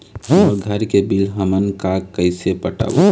मोर घर के बिल हमन का कइसे पटाबो?